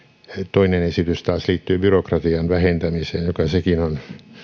toinen esitys taas liittyy byrokratian vähentämiseen joka sekin on